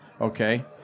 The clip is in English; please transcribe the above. Okay